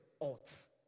odds